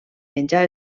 menjar